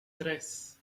tres